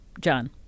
John